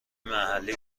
محلی